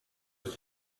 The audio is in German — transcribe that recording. ist